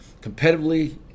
Competitively